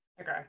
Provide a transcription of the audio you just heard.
Okay